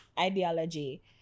ideology